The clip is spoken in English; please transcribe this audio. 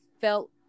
felt